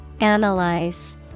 Analyze